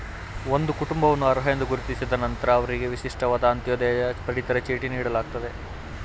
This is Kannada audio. ಒಂದು ಕುಟುಂಬವನ್ನು ಅರ್ಹ ಎಂದು ಗುರುತಿಸಿದ ನಂತ್ರ ಅವ್ರಿಗೆ ವಿಶಿಷ್ಟವಾದ ಅಂತ್ಯೋದಯ ಪಡಿತರ ಚೀಟಿ ನೀಡಲಾಗ್ತದೆ